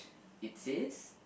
it says